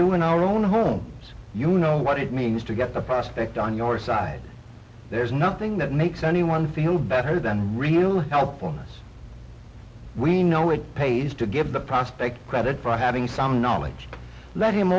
do in our own homes you know what it means to get the prospect on your side there's nothing that makes anyone feel better than real help for us we know it pays to give the prospect credit for having some knowledge let him